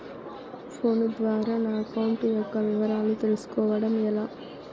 Phone ద్వారా నా account యొక్క వివరాలు తెలుస్కోవడం ఎలా?